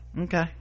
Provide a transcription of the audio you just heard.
Okay